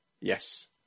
yes